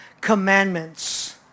commandments